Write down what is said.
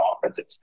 offensive